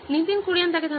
নীতিন কুরিয়ান হ্যাঁ